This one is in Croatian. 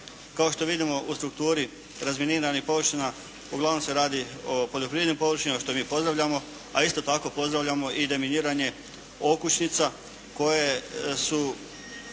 Kao što vidimo u strukturi razminiranih površina uglavnom se radi o poljoprivrednim površinama što mi pozdravljamo, a isto tako pozdravljamo i deminiranje okućnica koje su